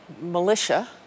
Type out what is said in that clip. militia